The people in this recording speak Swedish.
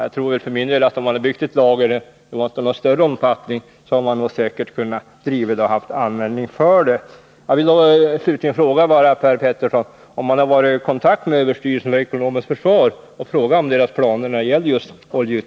Jag tror för min del att om man hade byggt ett lager, i varje fall av någon större omfattning, så hade man säkert också haft användning för det.